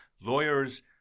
lawyers